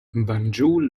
banjul